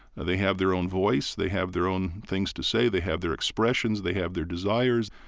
and they have their own voice, they have their own things to say, they have their expressions, they have their desires.